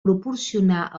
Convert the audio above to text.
proporcionar